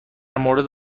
مورد